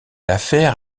affaire